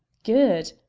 good.